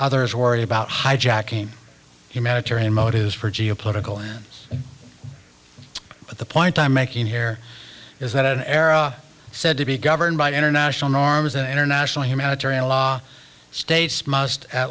others worry about hijacking humanitarian motives for geo political and but the point i'm making here is that an era said to be governed by international norms and international humanitarian law stat